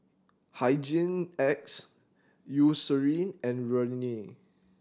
Hygin X Eucerin and Rene